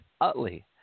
Utley